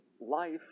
life